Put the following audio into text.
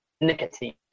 nicotine